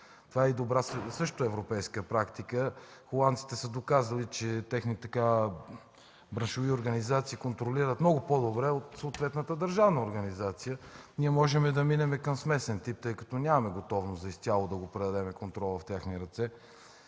Това е добра – също европейска практика. Холандците са доказали, че техни браншови организации контролират много по-добре от съответната държавна организация. Ние можем да минем към смесен тип, тъй като нямаме готовност изцяло да предадем контрола в техни ръце.